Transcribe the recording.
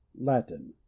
Latin